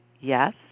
Yes